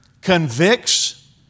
convicts